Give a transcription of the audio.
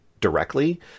directly